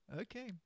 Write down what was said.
Okay